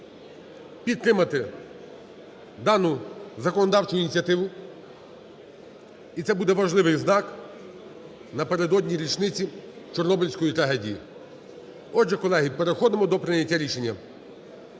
підтримати дану законодавчу ініціативу, і це буде важливий знак напередодні річниці Чорнобильської трагедії. Отже, колеги, переходимо до прийняття рішення.